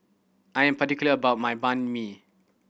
I'm particular about my Banh Mi